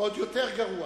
ועוד יותר גרוע